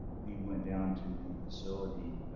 we went down to the facility